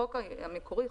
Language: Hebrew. בחוק המקורי,